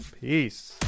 Peace